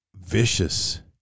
vicious